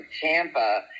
Tampa